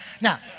Now